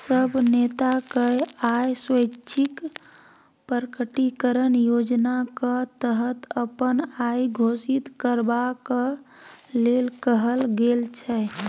सब नेताकेँ आय स्वैच्छिक प्रकटीकरण योजनाक तहत अपन आइ घोषित करबाक लेल कहल गेल छै